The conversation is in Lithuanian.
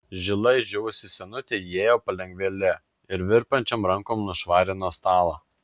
žila išdžiūvusi senutė įėjo palengvėle ir virpančiom rankom nušvarino stalą